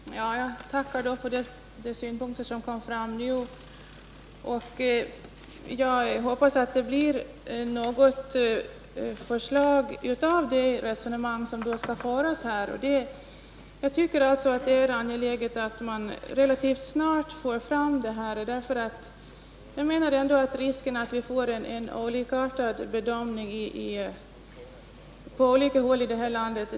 Herr talman! Jag tackar för de synpunkter som kom fram nu. Jag hoppas att det blir något förslag som resultat av de resonemang som skall föras. Jag tycker att det är angeläget att man relativt snart får fram dessa förslag. Jag anser att risken annars är att vi får en olikartad bedömning på olika håll i det här landet.